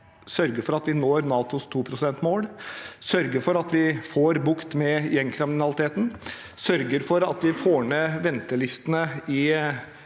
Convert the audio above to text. sørge for at vi når NATOs 2-prosentmål, sørge for at vi får bukt med gjengkriminaliteten, sørge for at vi får ned ventelistene i